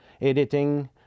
editing